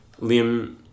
Liam